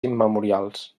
immemorials